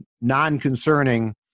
non-concerning